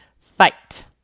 fight